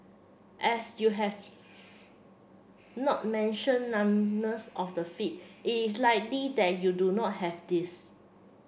as you have not mention of the feet is likely that you do not have this